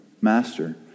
master